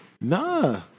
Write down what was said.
Nah